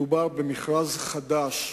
מדובר במכרז חדש.